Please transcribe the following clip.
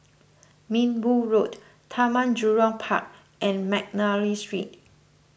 Minbu Road Taman Jurong Park and McNally Street